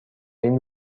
این